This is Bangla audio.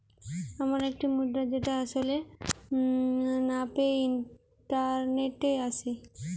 এমন একটি মুদ্রা যেটা আসলে না পেয়ে ইন্টারনেটে আসে